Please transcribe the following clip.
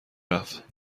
رفت